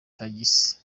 tagisi